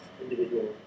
individual